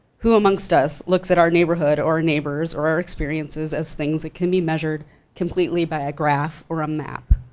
who amongst us looks at our neighborhood, or our neighbors, or our experiences as things that can be measured completely by a graph or a map?